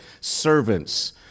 servants